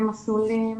מסלולים,